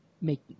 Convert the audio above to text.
make